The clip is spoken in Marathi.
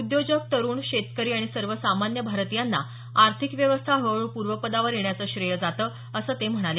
उद्योजक तरुण शेतकरी आणि सर्व सामान्य भारतीयांना आर्थिक व्यवस्था हळूहळू पूर्वपदावर येण्याचं श्रेय जातं असं ते म्हणाले